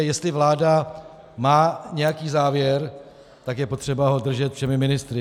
Jestli vláda má nějaký závěr, tak je potřeba ho držet všemi ministry.